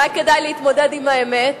אולי כדאי להתמודד עם האמת,